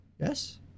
Yes